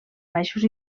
baixos